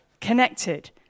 connected